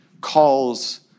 calls